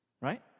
Right